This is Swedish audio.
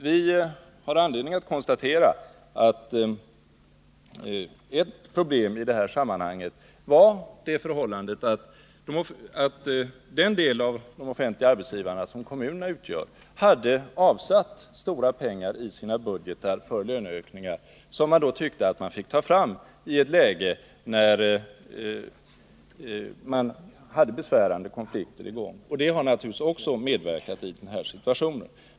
Vi har anledning att konstatera att ett problem i detta sammanhang var att kommunerna, som utgör en del av de offentliga arbetsgivarna, hade avsatt stora pengar i sina budgetar för löneökningar som de tyckte att de måste ta fram i ett läge med besvärande konflikter i gång. Det har naturligtvis också medverkat i denna situation.